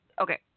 Okay